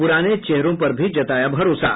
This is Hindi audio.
पुराने चेहरों पर भी जताया भरोसा